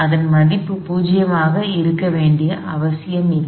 இதன் மதிப்பு 0 ஆக இருக்க வேண்டிய அவசியமில்லை